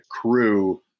crew